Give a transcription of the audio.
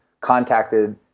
contacted